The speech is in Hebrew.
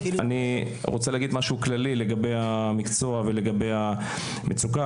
אני רוצה להגיד משהו כללי לגבי המקצוע ולגבי המצוקה.